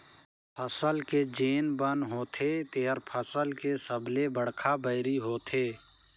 फसल के जेन बन होथे तेहर फसल के सबले बड़खा बैरी होथे